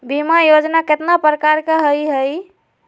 बीमा योजना केतना प्रकार के हई हई?